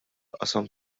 qasam